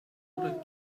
oder